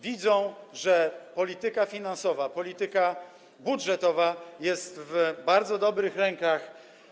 Widzą, że polityka finansowa, polityka budżetowa jest w bardzo dobrych rękach.